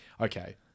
Okay